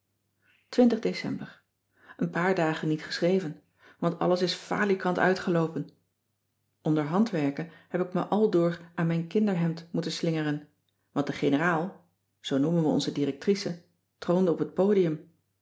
december een paar dagen niet geschreven want alles is falikant uitgeloopen onder handwerken heb ik me aldoor aan mijn kinderhemd moeten slingeren want de generaal zoo noemen we onze directrice troonde op het podium